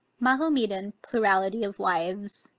mahometan plurality of wives.